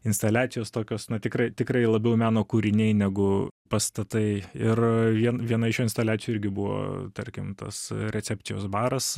instaliacijos tokios na tikrai tikrai labiau meno kūriniai negu pastatai ir vien viena iš instaliacijų irgi buvo tarkim tas recepcijos baras